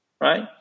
right